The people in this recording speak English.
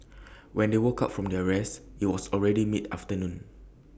when they woke up from their rest IT was already mid afternoon